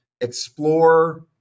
explore